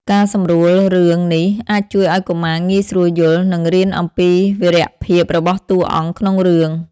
ការសម្រួលរឿងនេះ អាចជួយឱ្យកុមារងាយស្រួលយល់ និងរៀនអំពីវីរភាពរបស់តួអង្គក្នុងរឿង។